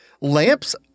lamps